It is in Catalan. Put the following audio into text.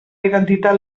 identitat